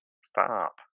stop